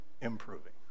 improving